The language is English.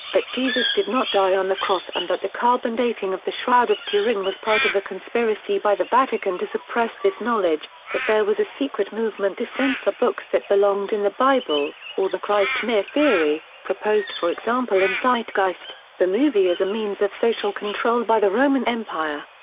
that jesus did not die on the cross and that the carbon dating of the shroud of turin was part of a conspiracy by the vatican to suppress this knowledge, that there was a secret movement to censor books that belonged in the bible, or the christ myth theory, proposed for example in zeitgeist, the movie as a means of social control by the roman empire.